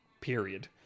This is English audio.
period